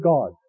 God